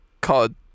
COD